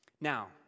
Now